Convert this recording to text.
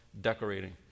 decorating